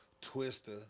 Twister